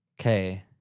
Okay